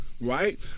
right